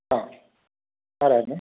ആ ആരായിരുന്നു